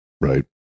Right